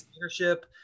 leadership